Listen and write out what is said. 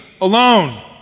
alone